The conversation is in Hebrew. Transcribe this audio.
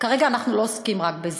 כרגע אנחנו לא עוסקים רק בזה,